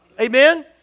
Amen